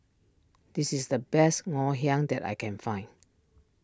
this is the best Ngoh Hiang that I can find